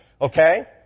okay